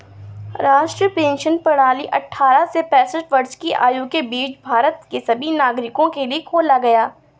राष्ट्रीय पेंशन प्रणाली अट्ठारह से पेंसठ वर्ष की आयु के बीच भारत के सभी नागरिकों के लिए खोला गया